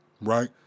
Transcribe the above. right